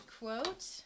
quote